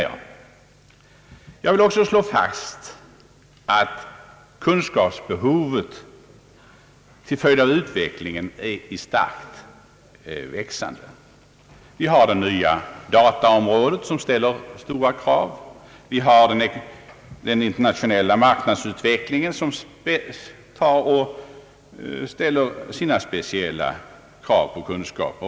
Jag vill också slå fast att kunskapsbehovet till följd av utvecklingen är i starkt växande. Vi har det nya dataområdet som ställer stora krav, vi har den internationella marknadsutvecklingen som kräver sina speciella kunskaper.